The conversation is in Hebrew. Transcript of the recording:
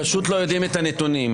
פשוט לא יודעים את הנתונים.